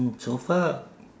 so far